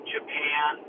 Japan